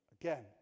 Again